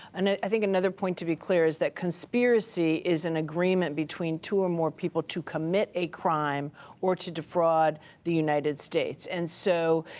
and i think another point, to be clear, is that conspiracy is an agreement between two or more people to commit a crime or to defraud the united states. and so